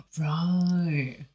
right